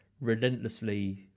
relentlessly